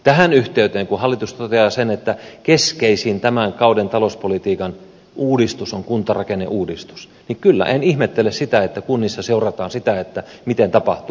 tähän yhteyteen kun hallitus toteaa sen että keskeisin tämän kauden talouspolitiikan uudistus on kuntarakenneuudistus niin kyllä en ihmettele sitä että kunnissa seurataan sitä mitä tapahtuu